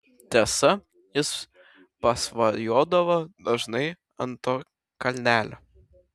tiesa jis pasvajodavo dažnai ant to kalnelio